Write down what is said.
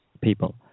people